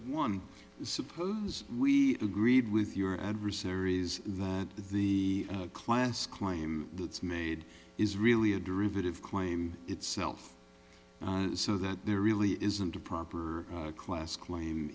would suppose we agreed with your adversaries that the class claim that's made is really a derivative claim itself so that there really isn't a proper class claim